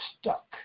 stuck